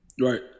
Right